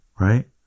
Right